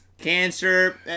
cancer